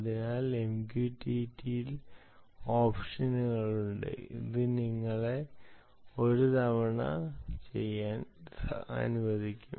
അതിനാൽ MQTT ൽ ഓപ്ഷനുകൾ ഉണ്ട് അത് നിങ്ങളെ ഒരു തവണ ചെയ്യാൻ അനുവദിക്കും